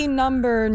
number